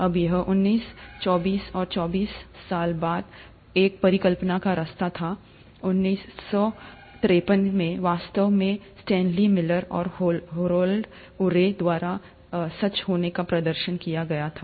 अब यह उन्नीस चौबीस और चौबीस साल बाद एक परिकल्पना का रास्ता था 1953 में वास्तव में स्टेनली मिलर और हेरोल्ड उरे द्वारा सच होने का प्रदर्शन किया गया था